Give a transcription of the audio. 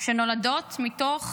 שנולדות מתוך